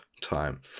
time